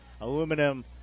aluminum